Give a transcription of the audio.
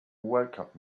welcomed